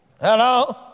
Hello